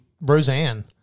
Roseanne